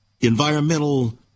environmental